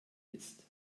ist